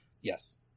yes